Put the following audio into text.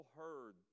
heard